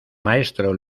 maestro